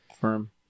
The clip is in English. firm